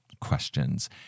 questions